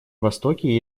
востоке